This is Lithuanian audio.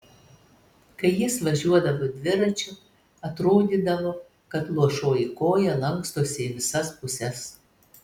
kai jis važiuodavo dviračiu atrodydavo kad luošoji koja lankstosi į visas puses